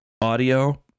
audio